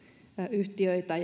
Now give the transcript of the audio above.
yhtiöitä